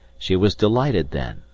she was delighted, then,